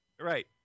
Right